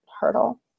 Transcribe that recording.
hurdle